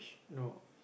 no